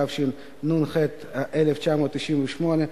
התשנ"ח 1998,